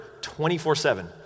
24-7